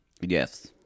Yes